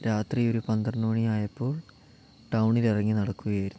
രാത്രി ഒരു പന്ത്രണ്ട് മണി ആയപ്പോൾ ടൗണിൽ ഇറങ്ങി നടക്കുകയായിരുന്നു